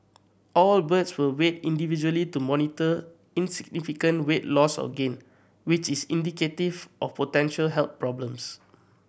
all birds were weighed individually to monitor insignificant weight loss or gain which is indicative of potential health problems